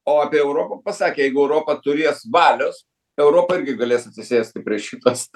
o apie europą pasakė jeigu europa turės valios europa irgi galės atsisėsti prie šito s